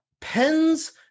pens